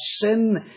sin